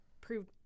proved